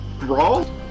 brawl